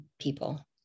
people